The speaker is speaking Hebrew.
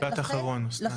משפט אחרון, בבקשה.